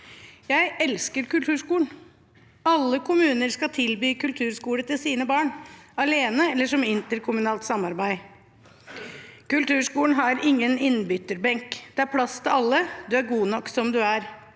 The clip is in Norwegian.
Jeg elsker kulturskolen. Alle kommuner skal tilby kulturskole til sine barn, alene eller som interkommunalt samarbeid. Kulturskolen har ingen innbytterbenk, det er plass til alle, du er god nok som du er.